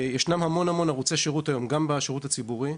ישנם המון ערוצי שירות היום, גם בשירות הציבורי: